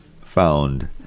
found